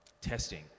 testing